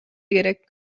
керек